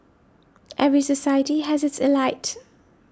every society has its elite